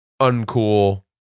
uncool